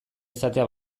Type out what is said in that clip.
izatea